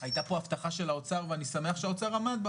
הייתה פה הבטחה של האוצר ואני שמח שהאוצר עמד בה,